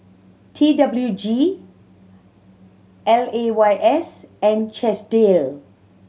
T W G L A Y S and Chesdale